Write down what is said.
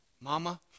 mama